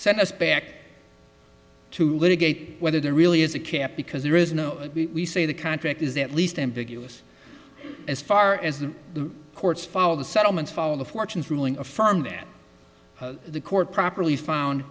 set us back to litigate whether there really is a cap because there is no we say the contract is at least ambiguous as far as the courts follow the settlement following the fortunes ruling affirmed that the court properly found